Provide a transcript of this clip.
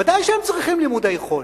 ודאי שהם צריכים לימודי חול.